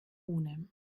ohne